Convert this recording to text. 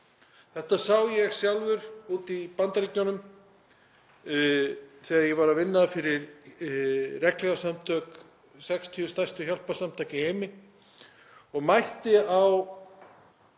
Þetta sá ég sjálfur úti í Bandaríkjunum þegar ég var að vinna fyrir regnhlífasamtök 60 stærstu hjálparsamtaka í heimi og mætti